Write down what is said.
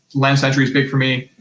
land century's big for me.